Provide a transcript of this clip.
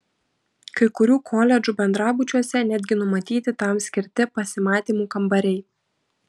kai kurių koledžų bendrabučiuose netgi numatyti tam skirti pasimatymų kambariai